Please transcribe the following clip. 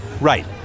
Right